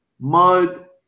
mud